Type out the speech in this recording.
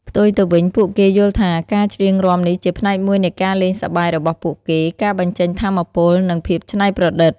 ផ្ទុយទៅវិញ ពួកគេយល់ថាការច្រៀងរាំនេះជាផ្នែកមួយនៃការលេងសប្បាយរបស់ពួកគេ ការបញ្ចេញថាមពល និងភាពច្នៃប្រឌិត។